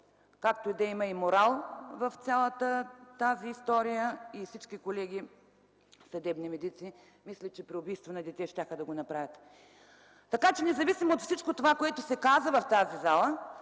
Както и да е, има и морал в цялата тази история и всички колеги съдебни медици мисля, че при убийство на дете щяха да го направят. Независимо от всичко това, което се каза в тази зала,